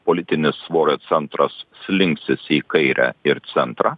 politinis svorio centras sulinksis į kairę ir centrą